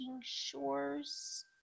Shores